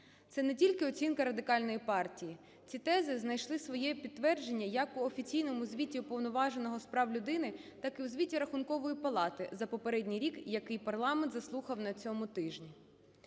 Це не тільки оцінка Радикальної партії, ці тези знайшли своє підтвердження як у офіційному звіті Уповноваженого з прав людини, так і у звіті Рахункової палати за попередній рік, який парламент заслухав на цьому тижні.